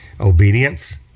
obedience